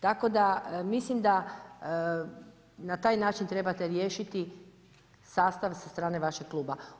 Tako da, mislim da na taj način trebate riješiti sastav sa strane vašeg kluba.